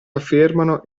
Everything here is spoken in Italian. affermano